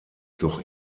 doch